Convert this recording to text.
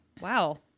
wow